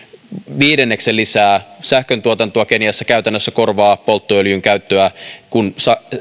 lisää sähköntuotantoa viidenneksen mikä käytännössä korvaa polttoöljyn käyttöä kun